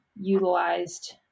utilized